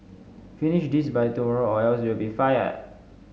finish this by tomorrow or else you'll be fired